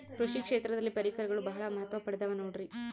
ಕೃಷಿ ಕ್ಷೇತ್ರದಲ್ಲಿ ಪರಿಕರಗಳು ಬಹಳ ಮಹತ್ವ ಪಡೆದ ನೋಡ್ರಿ?